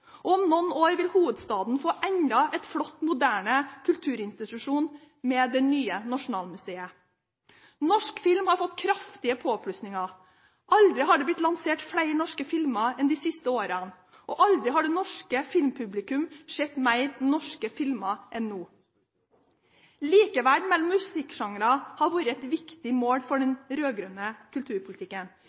Notodden. Om noen år vil hovedstaden få enda en flott og moderne kulturinstitusjon med det nye nasjonalmuseet. Norsk film har fått kraftige påplussinger. Aldri før har det blitt lansert flere norske filmer enn i de siste årene, og aldri har det norske filmpublikummet sett mer norsk film enn nå. Likeverd mellom musikksjangre har vært et viktig mål for den rød-grønne kulturpolitikken.